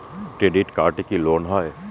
Credit কার্ডে কি loan হয়?